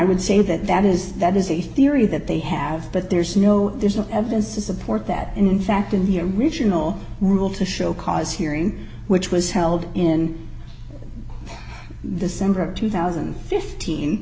would say that that is that is a theory that they have but there's no there's no evidence to support that and in fact in the original rule to show cause hearing which was held in the summer of two thousand and fifteen